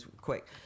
quick